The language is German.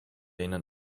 ihnen